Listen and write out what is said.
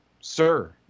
Sir